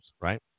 right